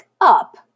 up